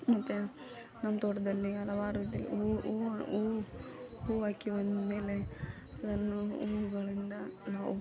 ಮತ್ತು ನಮ್ಮ ತೋಟದಲ್ಲಿ ಹಲವಾರು ರೀತಿಲಿ ಹೂ ಹೂವು ಹೂ ಹೂ ಹಾಕಿ ಒಂದು ಮೇಲೆ ಅದನ್ನು ಹೂಗಳಿಂದ ನಾವು